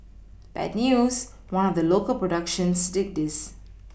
bad news one of the local productions did this